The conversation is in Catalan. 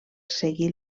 seguir